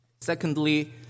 Secondly